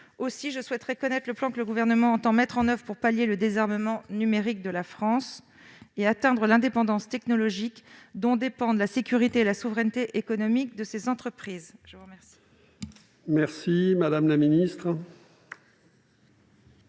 au levier du digital. Quel plan le Gouvernement entend-il mettre en oeuvre pour pallier le désarmement numérique de la France et atteindre l'indépendance technologique dont dépendent la sécurité et la souveraineté économiques de ses entreprises